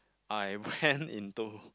I went into